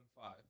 five